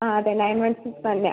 ആ അതെ nine one six അല്ല